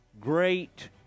great